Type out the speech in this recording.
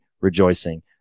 rejoicing